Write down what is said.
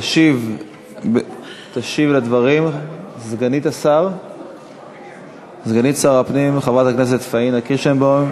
תשיב על הדברים סגנית שר הפנים חברת הכנסת פאינה קירשנבאום,